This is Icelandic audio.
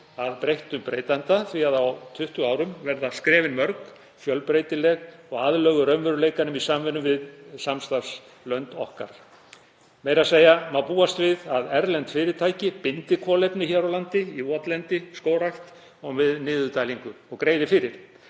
að breyttu breytanda því að á 20 árum verða skrefin mörg, fjölbreytileg og aðlöguð raunveruleikanum í samvinnu við samstarfslönd okkar. Meira að segja má búast við að erlend fyrirtæki bindi kolefni hér á landi í votlendi, skógrækt og við niðurdælingu og greiði fyrir.